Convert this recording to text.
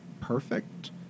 perfect